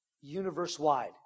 universe-wide